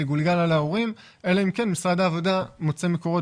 יגולגל על ההורים אלא אם כן משרד העבודה מוצא מקורות